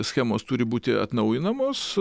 schemos turi būti atnaujinamos